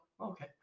Okay